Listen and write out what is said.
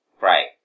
Right